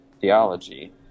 theology